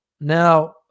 now